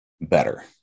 better